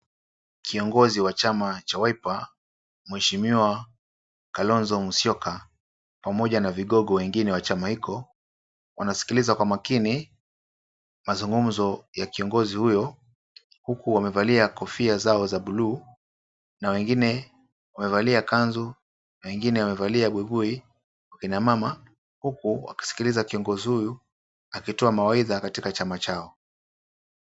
Kiongozi wa chama cha Wiper mheshimiwa Kalonzo Musyoka pamoja na vigogo wengine wa chama hiko wanaskiliza kwa makini mazungumzo ya kiongozi huyo huku wamevalia kofia zao za buluu na wengine wamevalia kazu na wengine wamevalia buibui; kina mama huku wakiskiliza kiongozi huyu akitoa mawaidha katika chama chao.